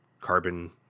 carbon